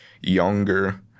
younger